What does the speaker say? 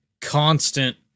constant